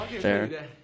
Fair